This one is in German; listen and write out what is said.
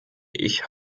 ich